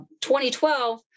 2012